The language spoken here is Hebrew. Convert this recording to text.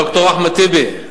ד"ר אחמד טיבי,